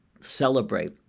celebrate